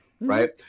Right